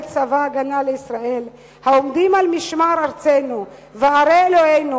צבא-הגנה לישראל / העומדים על משמר ארצנו וערי אלוהינו